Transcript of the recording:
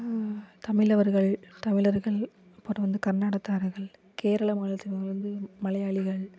தமிழவர்கள் தமிழர்கள் அப்புறம் வந்து கன்னடத்தார்கள் கேரள மாநிலவத்தவர்கள் வந்து மலையாளிகள்